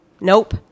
Nope